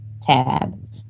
tab